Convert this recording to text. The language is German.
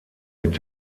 mit